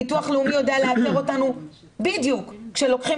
ביטוח לאומי יודע לאתר אותנו בדיוק כשלוקחים